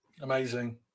Amazing